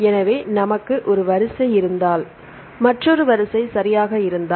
எனவே நமக்கு ஒரு வரிசை இருந்தால் மற்றொரு வரிசை சரியாக இருந்தால்